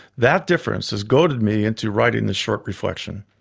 that difference has goaded me into writing this short reflection.